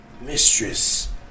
Mistress